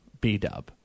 B-Dub